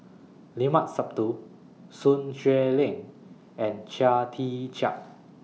Limat Sabtu Sun Xueling and Chia Tee Chiak